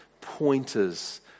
pointers